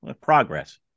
Progress